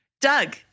Doug